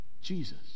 Jesus